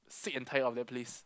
sick and tired of that place